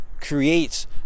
creates